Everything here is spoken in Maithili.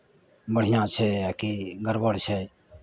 बढ़िआँ छै आ कि गड़बड़ छै